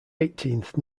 eighteenth